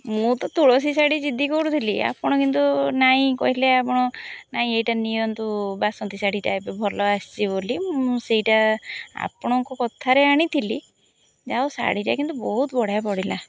ମୁଁ ତ ତୁଳସୀ ଶାଢ଼ି ଜିଦି କରୁଥିଲି ଆପଣ କିନ୍ତୁ ନାଇଁ କହିଲେ ଆପଣ ନାଇଁ ଏଇଟା ନିଅନ୍ତୁ ବାସନ୍ତୀ ଶାଢ଼ିଟା ଏବେ ଭଲ ଆସିଛି ବୋଲି ମୁଁ ସେଇଟା ଆପଣଙ୍କ କଥାରେ ଆଣିଥିଲି ଆଉ ଶାଢ଼ିଟା କିନ୍ତୁ ବହୁତ ବଢ଼ିଆ ପଡ଼ିଲା